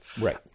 Right